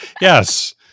Yes